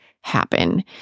happen